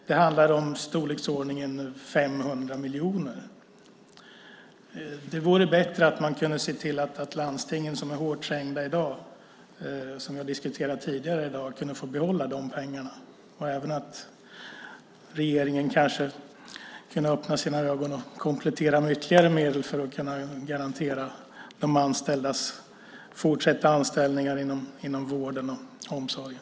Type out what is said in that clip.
Det handlar om storleksordningen 500 miljoner. Det vore bättre att se till att landstingen, som nu är hårt trängda, som vi har diskuterat tidigare i dag, fick behålla de pengarna. Det vore även bra om regeringen kunde öppna sina ögon och komplettera med ytterligare medel för att garantera de anställdas fortsatta anställningar inom vården och omsorgen.